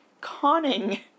conning